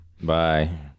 Bye